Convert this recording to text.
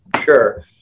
Sure